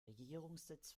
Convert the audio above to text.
regierungssitz